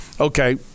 Okay